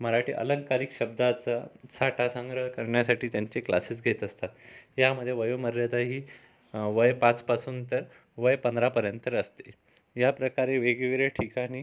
मराठी आलंकारिक शब्दाचा साठा संग्रह करण्यासाठी त्यांचे क्लासेस घेत असतात यामध्ये वयोमर्यादा ही वय पाचपासून तर वय पंधरापर्यंत तर असते या प्रकारे वेगवेगळ्या ठिकाणी